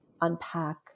unpack